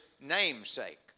namesake